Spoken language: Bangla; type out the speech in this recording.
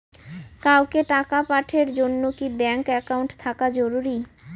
কাউকে টাকা পাঠের জন্যে কি ব্যাংক একাউন্ট থাকা জরুরি?